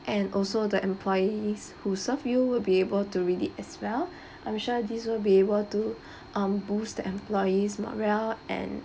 and also the employees who served you will be able to read it as well I'm sure this will be able to um boost the employee's morale and